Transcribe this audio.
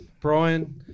Brian